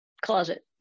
Closet